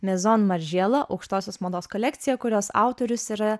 mezon maržiela aukštosios mados kolekcija kurios autorius yra